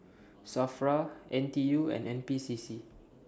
SAFRA N T U and N P C C